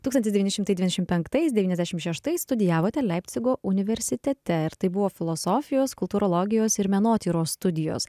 tūkstantis devyni šimtai devyniašim penktais devyniasdešim šeštais studijavote leipcigo universitete ir tai buvo filosofijos kultūrologijos ir menotyros studijos